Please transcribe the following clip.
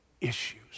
issues